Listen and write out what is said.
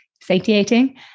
satiating